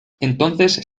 entonces